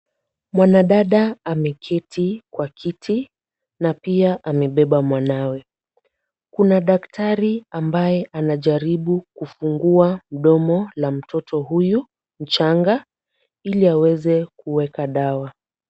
Mwanadada ameketi kwa kiti na pia amebeba mwanawe. Kuna daktari ambaye anajaribu kufungua mdomo la mtoto huyu mchanga ili aweze kuweka dawa.